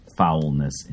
foulness